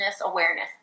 awareness